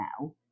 now